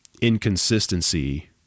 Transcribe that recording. inconsistency